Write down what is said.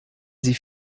sie